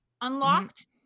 unlocked